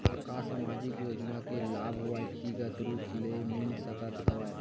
का सामाजिक योजना के लाभ व्यक्तिगत रूप ले मिल सकत हवय?